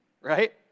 Right